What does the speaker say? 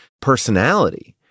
personality